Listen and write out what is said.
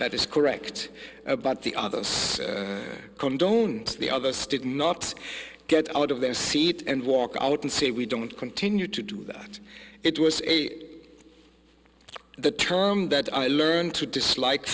that is correct about the others condone the other student not get out of their seat and walk out and say we don't continue to do that it was eight the term that i learned to dislike